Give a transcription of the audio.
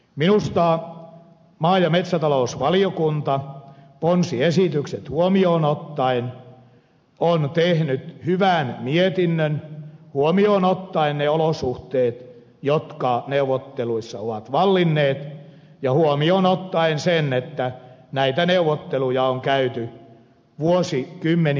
minusta maa ja metsätalousvaliokunta ponsiesitykset huomioon ottaen on tehnyt hyvän mietinnön ottaen huomioon ne olosuhteet jotka neuvotteluissa ovat vallinneet ja ottaen huomioon sen että näitä neuvotteluja on käyty vuosikymmenien ajan